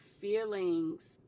feelings